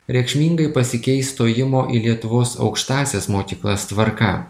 reikšmingai pasikeis stojimo į lietuvos aukštąsias mokyklas tvarka